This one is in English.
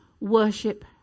worship